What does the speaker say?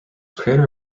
crater